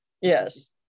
Yes